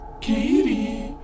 Katie